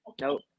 Nope